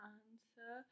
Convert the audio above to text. answer